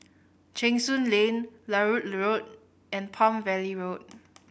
Cheng Soon Lane Larut Road and Palm Valley Road